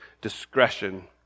discretion